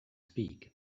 speak